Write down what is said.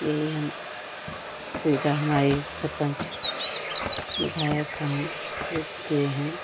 यही हम सुविधा हमारे सरपंच विधायक हैं जो किए हैं